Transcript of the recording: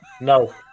No